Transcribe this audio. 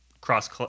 cross